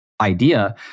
idea